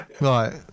Right